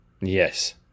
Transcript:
Yes